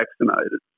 vaccinated